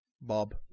Bob